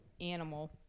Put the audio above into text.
animal